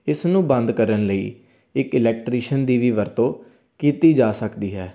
ਇਸ ਨੂੰ ਬੰਦ ਕਰਨ ਲਈ ਇੱਕ ਇਲੈਕਟਰੀਸ਼ਨ ਦੀ ਵੀ ਵਰਤੋਂ ਕੀਤੀ ਜਾ ਸਕਦੀ ਹੈ